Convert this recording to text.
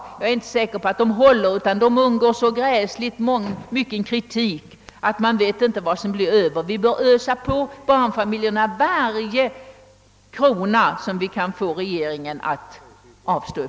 Man vet aldrig om det blir något av. De blir så kritiserade att man inte vet vad som blir över. Nej, vi bör ge barnfamiljerna varje krona som regeringen är villig att avstå.